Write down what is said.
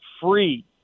free